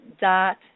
dot